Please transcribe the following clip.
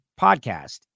podcast